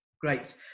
Great